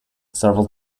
several